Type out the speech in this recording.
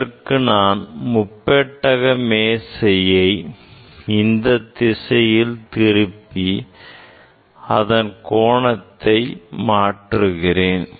அதற்கு நான் முப்பெட்டகம் மேசையை இத்திசையில் திருப்பி அதன் கோணத்தை மாற்றுகிறேன்